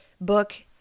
book